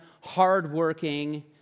hardworking